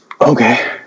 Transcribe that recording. okay